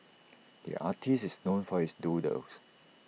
the artist is known for his doodles